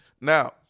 Now